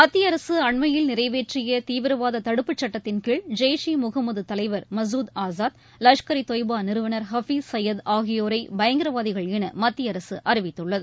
மத்தியஅரசு அன்மையில் நிறைவேற்றிய தீவிரவாத தடுப்புச்சட்டத்தின் கீழ் ஜெய்ஷே முகம்மது தலைவர் மசூத் ஆசாத் லஷ்கர் ஈ தொய்பா நிறுவனர் ஹபீஸ் சையத் ஆகியோரை பயங்கரவாதிகள் என மத்தியஅரசு அறிவித்துள்ளது